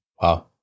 Wow